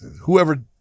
whoever